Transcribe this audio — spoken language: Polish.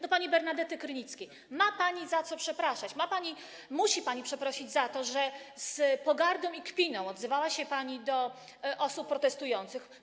Do pani Bernadety Krynickiej: ma pani za co przepraszać, musi pani przeprosić za to, że z pogardą i kpiną odzywała się pani do osób protestujących.